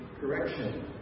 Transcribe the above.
correction